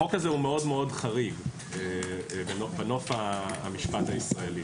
החוק הזה הוא מאוד מאוד חריג בנוף המשפט הישראלי.